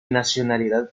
nacionalidad